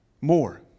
more